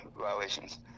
violations